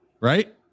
Right